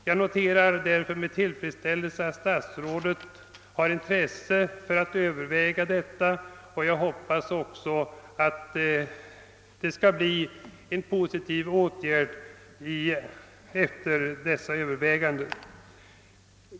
Jag noterar därför med tillfredsställelse att statsrådet är intresserad av att överväga detta, och jag hoppas att han skall vidta positiva åtgärder efter dessa överväganden.